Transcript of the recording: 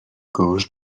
gauche